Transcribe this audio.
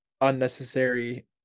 unnecessary